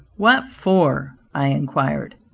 what for? i inquired.